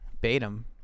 Batum